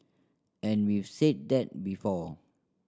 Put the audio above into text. and we've said that before